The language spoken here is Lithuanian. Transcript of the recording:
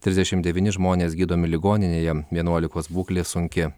trisdešim devyni žmonės gydomi ligoninėje vienuolikos būklė sunki